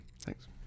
Thanks